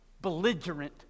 belligerent